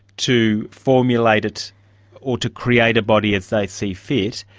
to formulate it or to create a body as they see fit.